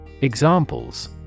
Examples